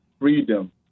freedom